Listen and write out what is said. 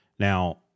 Now